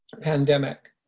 pandemic